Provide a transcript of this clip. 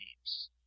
games